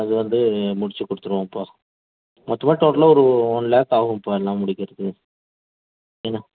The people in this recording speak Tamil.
அது வந்து முடிச்சு கொடுத்துருவோம்ப்பா மொத்தமாக டோட்டலாக ஒரு ஒன் லேக் ஆகும்ப்பா எல்லாம் முடிக்கிறத்துக்கு ஏன்னால்